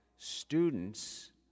Students